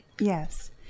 yes